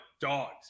dogs